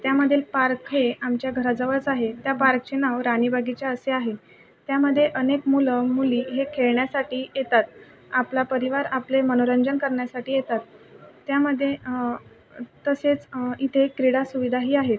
त्यामधील पार्क हे आमच्या घराजवळच आहे त्या पार्कचे नाव राणी बगीचा असे आहे त्यामध्ये अनेक मुलं मुली हे खेळण्यासाठी येतात आपला परिवार आपले मनोरंजन करण्यासाठी येतात त्यामध्ये तसेच इथे क्रीडा सुविधाही आहेत